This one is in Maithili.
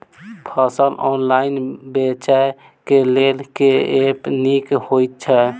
फसल ऑनलाइन बेचै केँ लेल केँ ऐप नीक होइ छै?